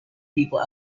people